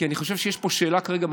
כי אני חושב שיש פה שאלה כרגע,